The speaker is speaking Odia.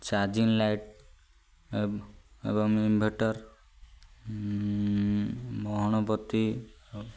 ଚାର୍ଜିଂ ଲାଇଟ୍ ଏବଂ ଇନ୍ଭଟର୍ ମହମବତୀ